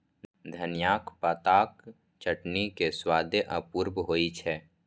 धनियाक पातक चटनी के स्वादे अपूर्व होइ छै